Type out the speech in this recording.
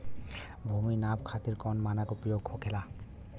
भूमि नाप खातिर कौन मानक उपयोग होखेला?